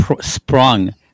sprung